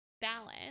balance